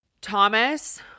Thomas